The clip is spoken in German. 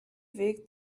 weg